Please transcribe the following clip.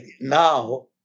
now